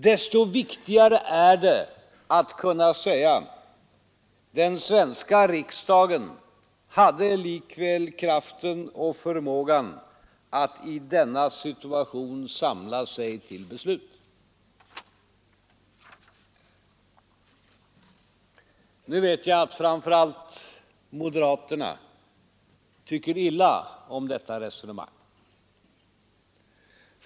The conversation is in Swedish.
Desto viktigare är det att kunna säga: Den svenska riksdagen hade likväl krafter och förmågan att i denna situation samla sig till beslut. Nu vet jag att moderaterna tycker illa om detta resonemang.